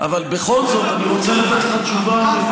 אבל בכל זאת אני רוצה לתת לך תשובה,